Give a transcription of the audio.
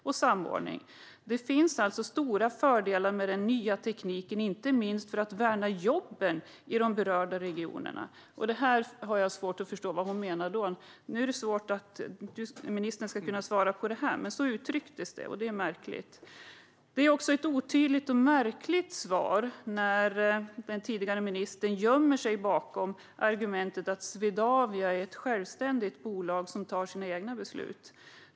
Hon menade att det alltså finns stora fördelar med den nya tekniken, inte minst för att värna jobb i de berörda regionerna. Jag har svårt att förstå vad hon menade. Det är förstås svårt för ministern att svara på det nu, men så uttrycktes det, och det är märkligt. Det är också ett otydligt och märkligt svar när den tidigare ministern gömmer sig bakom argumentet att Swedavia är ett självständigt bolag som tar sina egna beslut.